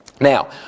Now